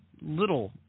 little